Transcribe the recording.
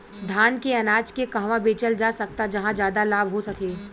धान के अनाज के कहवा बेचल जा सकता जहाँ ज्यादा लाभ हो सके?